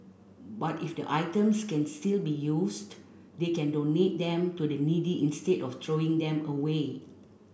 but if the items can still be used they can donate them to the needy instead of throwing them away